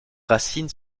racine